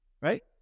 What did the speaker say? Right